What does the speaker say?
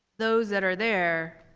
those that are there